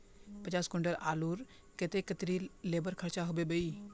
पचास कुंटल आलूर केते कतेरी लेबर खर्चा होबे बई?